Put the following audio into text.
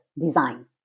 design